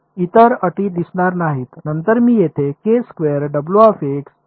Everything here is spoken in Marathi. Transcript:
इतर अटी दिसणार नाहीत नंतर मी येथे घेत आहे